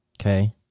okay